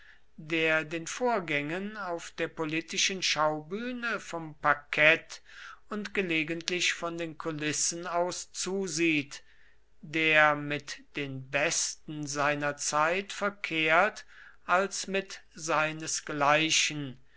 der den vorgängen auf der politischen schaubühne vom parkett und gelegentlich von den kulissen aus zusieht der mit den besten seiner zeit verkehrt als mit seinesgleichen